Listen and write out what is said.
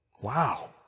Wow